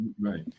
Right